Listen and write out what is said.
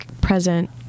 present